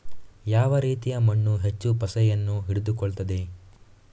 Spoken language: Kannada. ಯಾವ ರೀತಿಯ ಮಣ್ಣು ಹೆಚ್ಚು ಪಸೆಯನ್ನು ಹಿಡಿದುಕೊಳ್ತದೆ?